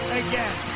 again